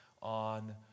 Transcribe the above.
on